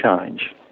change